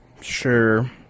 Sure